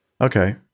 Okay